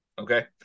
Okay